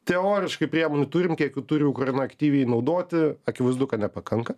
teoriškai priemonių turim kiek jų turi ukraina aktyviai naudoti akivaizdu kad nepakanka